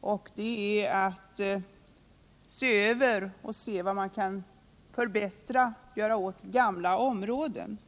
att se över vad man kan göra för att förbättra gamla områden.